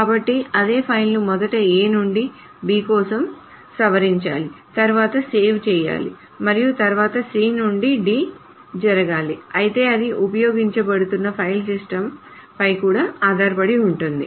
కాబట్టి అదే ఫైల్ను మొదట A నుండి B కోసం సవరించాలి తరువాత సేవ్ చేయాలి మరియు తరువాత C నుండి D జరగాలి అయితే ఇది ఉపయోగించ బడుతున్న ఫైల్ సిస్టమ్పై కూడా ఆధారపడి ఉంటుంది